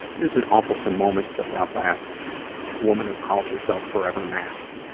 this is an awfulsome moment filled out by a woman who calls herself forever masked.